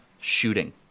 shooting